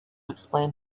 explain